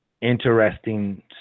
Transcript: interesting